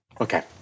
okay